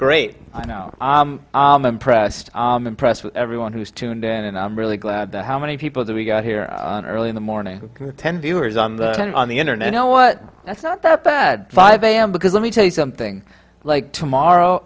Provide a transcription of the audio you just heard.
great i know i'm pressed impressed with everyone who's tuned in and i'm really glad that how many people do we got here early in the morning ten viewers on the on the internet know what that's not that bad five am because let me tell you something like tomorrow